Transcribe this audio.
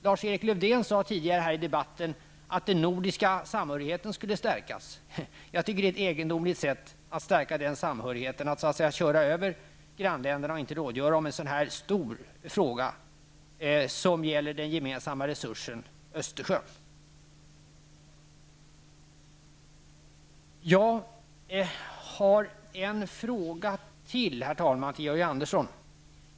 Lars-Erik Lövdén sade tidigare i debatten att den nordiska samhörigheten skulle stärkas. Jag tycker att det är ett egendomligt sätt att stärka den samhörigheten att köra över grannländerna och inte rådgöra i en sådan här stor fråga som gäller den gemensamma resursen Östersjön. Jag har en fråga till, herr talman, till Georg Andersson.